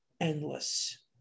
endless